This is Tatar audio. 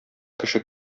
кеше